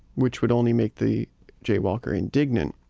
which would only make the jaywalker indignant,